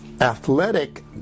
athletic